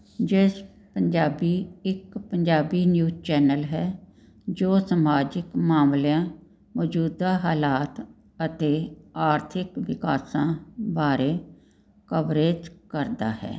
ਜਿਸ ਪੰਜਾਬੀ ਇੱਕ Punjabi news channel ਹੈ ਜੋ ਸਮਾਜਿਕ ਮਾਮਲਿਆਂ ਮੌਜੂਦਾ ਹਾਲਾਤ ਅਤੇ ਆਰਥਿਕ ਵਿਕਾਸਾਂ ਬਾਰੇ ਕਵਰੇਜ ਕਰਦਾ ਹੈ